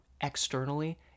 Externally